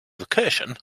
recursion